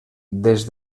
des